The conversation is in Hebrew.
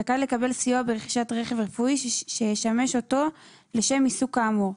זכאי לקבל סיוע ברכישת רכב רפואי שישמש אותו לשם עיסוק כאמור,